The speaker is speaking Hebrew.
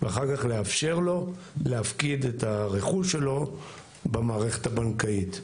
ואחר כך לאפשר לו להפקיד את הרכוש שלו במערכת הבנקאית,